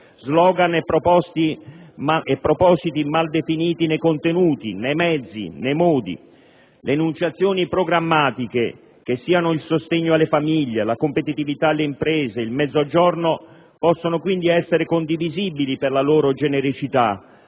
*Slogan* e propositi mal definiti nei contenuti, nei mezzi, nei modi. Le enunciazioni programmatiche, che siano il sostegno alle famiglie, la competitività alle imprese, il Mezzogiorno, possono quindi essere condivisibili per la loro genericità,